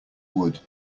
wood